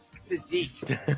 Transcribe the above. physique